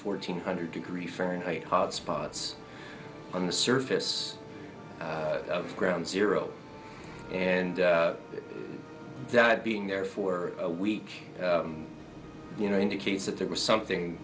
fourteen hundred degree fahrenheit hot spots on the surface of ground zero and that being there for a week you know indicates that there was something